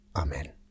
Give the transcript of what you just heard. Amen